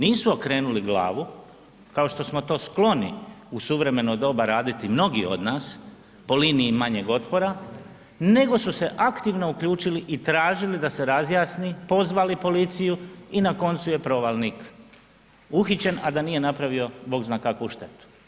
Nisu okrenuli glavu kao što smo to skloni u suvremeno doba raditi mnogi od nas, po liniji manjeg otpora, nego su se aktivno uključili i tražili da se razjasni, pozvali policiju i na koncu je provalnik uhićen, a da nije napravio bog zna kakvu štetu.